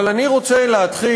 אבל אני רוצה להתחיל,